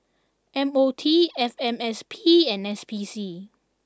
M O T F M S P and S P C